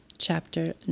Chapter